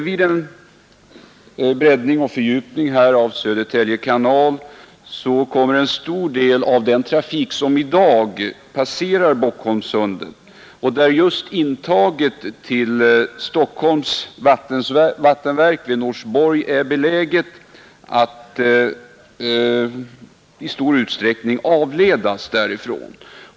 Vid en breddning och fördjupning av Södertälje kanal kommer en stor del av den trafik som i dag passerar Bockholmssundet, där just intaget till Stockholms vattenverk vid Norsborg är beläget, att avledas därifrån.